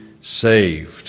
saved